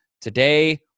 Today